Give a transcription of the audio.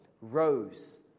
rose